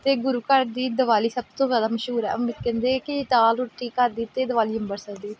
ਅਤੇ ਗੁਰੂ ਘਰ ਦੀ ਦਿਵਾਲੀ ਸਭ ਤੋਂ ਜ਼ਿਆਦਾ ਮਸ਼ਹੂਰ ਹੈ ਅੰਮ ਕਹਿੰਦੇ ਕਿ ਦਾਲ ਰੋਟੀ ਘਰ ਅਤੇ ਦਿਵਾਲੀ ਅੰਬਰਸਰ ਦੀ